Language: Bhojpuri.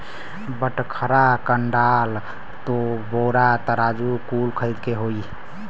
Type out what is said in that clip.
बटखरा, कंडाल, बोरा, तराजू कुल खरीदे के होई